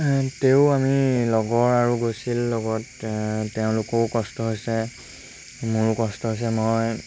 তেও আমি লগৰ আৰু গৈছিল লগত তেওঁলোকেও কষ্ট হৈছে মোৰো কষ্ট হৈছে মই